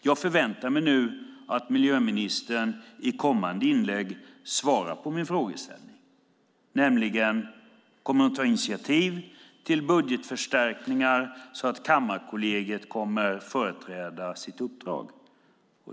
Jag förväntar mig nu att miljöministern i kommande inlägg svarar på min frågeställning: Kommer hon att ta initiativ till budgetförstärkningar, så att Kammarkollegiet kommer att fullgöra sitt uppdrag?